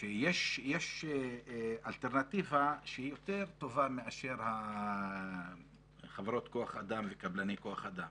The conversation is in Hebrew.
שיש אלטרנטיבה שהיא יותר טובה מאשר חברות כוח-אדם וקבלני כוח אדם.